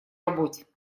работе